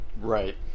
Right